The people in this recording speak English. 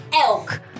elk